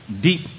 deep